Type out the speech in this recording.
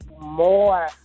more